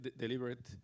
deliberate